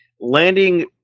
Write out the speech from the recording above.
Landing